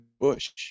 bush